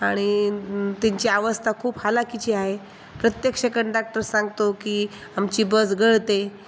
आणि त्यांची अवस्था खूप हालाकीची आहे प्रत्यक्ष कंडाक्टर सांगतो की आमची बस गळते